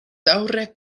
daŭre